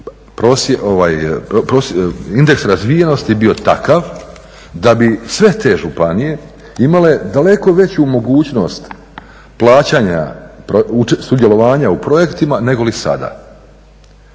indeks razvijenosti bio takav da bi sve te županije imale daleko veću mogućnost plaćanja sudjelovanja u projektima nego li sada.